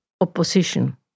opposition